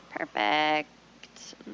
Perfect